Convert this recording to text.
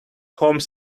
home